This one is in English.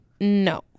No